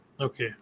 Okay